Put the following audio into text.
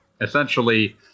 essentially